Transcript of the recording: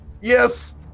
yes